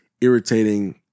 irritating